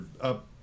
up